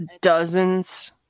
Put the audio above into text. dozens